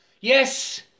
Yes